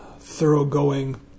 thoroughgoing